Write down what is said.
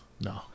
No